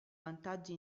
vantaggi